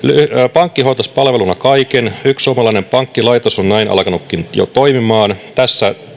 pankki hoitaisi palveluna kaiken yksi suomalainen pankkilaitos on näin alkanutkin jo toimimaan ja tässä